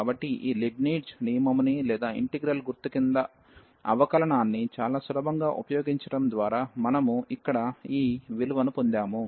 కాబట్టి ఈ లీబ్నిట్జ్ నియమము ని లేదా ఇంటిగ్రల్ గుర్తు క్రింద అవకాలనాన్ని చాలా సులభంగా ఉపయోగించడం ద్వారా మనము ఇక్కడ ఈ విలువను పొందాము